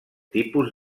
tipus